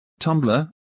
Tumblr